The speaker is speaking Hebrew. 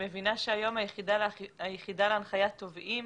מבינה שהיחידה להנחיית תובעים